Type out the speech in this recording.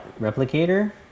replicator